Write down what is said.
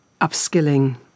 upskilling